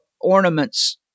ornaments